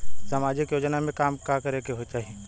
सामाजिक योजना में का काम करे के चाही?